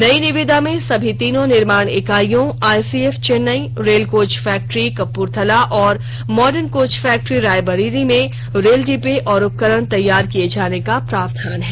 नई निविदा में सभी तीनों निर्माण इकाईयों ICF Chennai rail coach factory Kapurthala और मॉडर्न कोच फैक्ट्री रायबरेली में रेल डिब्बों और उपकरण तैयार किये जाने का प्रावधान है